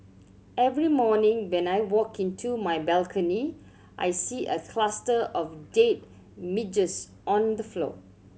every morning when I walk into my balcony I see a cluster of dead midges on the floor